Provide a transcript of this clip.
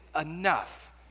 enough